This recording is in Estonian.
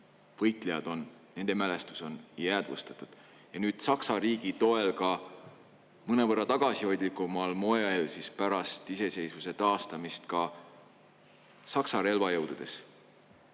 võitlejad ja nende mälestus on jäädvustatud. Ja nüüd Saksa riigi toel on mõnevõrra tagasihoidlikumal moel pärast iseseisvuse taastamist ka Saksa relvajõududes